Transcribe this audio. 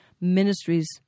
ministries